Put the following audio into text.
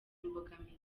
imbogamizi